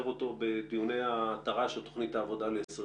אותו בדיוני התר"ש או תוכנית העבודה ל-2020.